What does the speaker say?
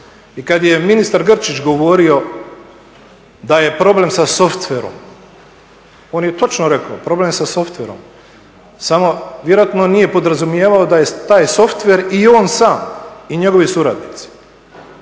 I kad je ministar Grčić govorio da je problem sa softverom on je točno rekao problem je sa softverom, samo vjerojatno nije podrazumijevao da je taj softver i on sam i njegovi suradnici.